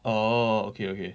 orh okay okay